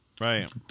Right